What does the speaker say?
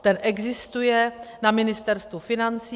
Ten existuje na Ministerstvu financí.